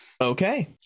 Okay